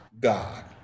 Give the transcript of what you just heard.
God